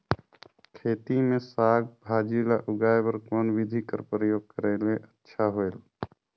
खेती मे साक भाजी ल उगाय बर कोन बिधी कर प्रयोग करले अच्छा होयल?